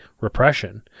repression